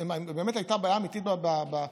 אם באמת הייתה בעיה אמיתית בבחינה,